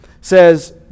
says